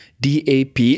DAP